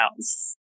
house